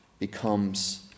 becomes